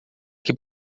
que